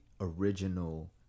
original